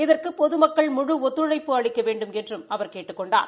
இதற்கு பொதுமக்கள் முழு ஒத்துழைப்பு அளிக்க வேண்டுமென்றும் அவர் கேட்டுக் கொண்டார்